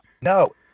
no